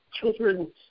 children